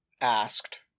asked